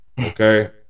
Okay